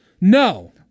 no